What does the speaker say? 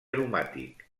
aromàtic